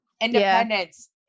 Independence